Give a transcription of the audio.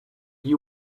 you